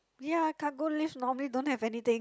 ya cargo lifts normally don't have anything